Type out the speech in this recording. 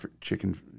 chicken